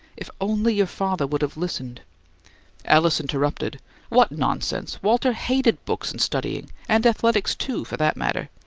if only your father would have listened alice interrupted what nonsense! walter hated books and studying, and athletics, too, for that matter.